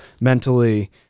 mentally